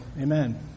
Amen